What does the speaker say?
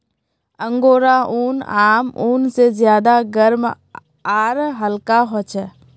angora ऊन आम ऊन से ज्यादा गर्म आर हल्का ह छे